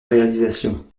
réalisation